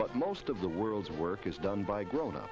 do most of the world's work is done by grown up